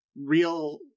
real